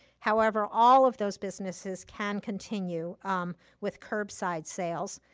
however, all of those businesses can continue with curbside sales.